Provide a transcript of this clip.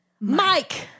mike